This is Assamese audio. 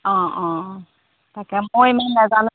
অঁ অঁ তাকে মই ইমান নেজানো যে